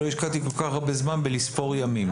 השקעתי כל כך הרבה זמן בלספור ימים.